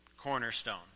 cornerstone